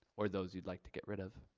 or those you'd like to get rid of.